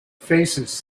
faces